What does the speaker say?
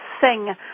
sing